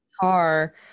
car